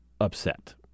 upset